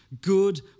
good